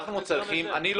אני לא